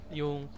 yung